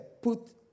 put